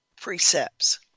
precepts